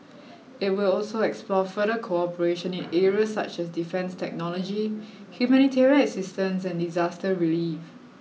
it will also explore further cooperation in areas such as defence technology humanitarian assistance and disaster relief